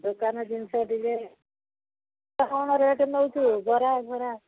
ମୁଁ ତା'ହେଲେ ଜିନିଷ ଟିକେ କ'ଣ କ'ଣ ରେଟ୍ ନେଉଛୁ ବରା ଫରା